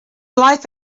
life